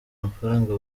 amafaranga